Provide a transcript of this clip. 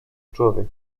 człowiek